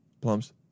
Plums